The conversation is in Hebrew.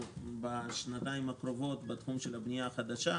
בשנתיים הקרובות בתחום הבנייה החדשה: